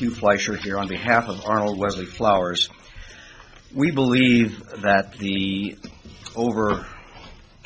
you fleischer here on behalf of arnold wesley flowers we believe that the over